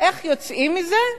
איך יוצאים מזה?